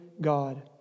God